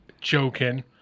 Joking